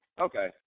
Okay